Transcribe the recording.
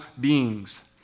beings